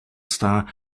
star